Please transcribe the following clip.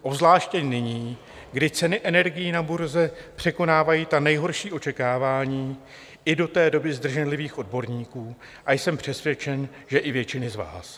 Obzvláště nyní, kdy ceny energií na burze překonávají ta nejhorší očekávání i do té doby zdrženlivých odborníků, a jsem přesvědčen, že i většiny z vás.